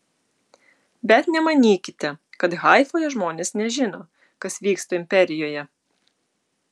bet nemanykite kad haifoje žmonės nežino kas vyksta imperijoje